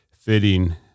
fitting